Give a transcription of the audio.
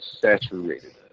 saturated